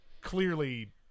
clearly